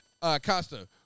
Costa